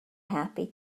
happy